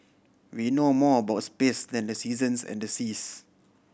we know more about space than the seasons and the seas